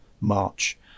March